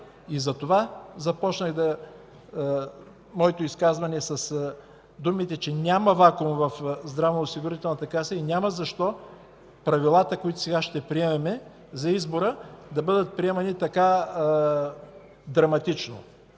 И затова започнах моето изказване с думите, че няма вакуум в Здравноосигурителната каса и няма защо Правилата за избора, които сега ще приемем, да бъдат приемани така драматично.